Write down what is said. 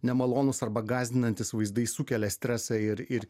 nemalonūs arba gąsdinantys vaizdai sukelia stresą ir ir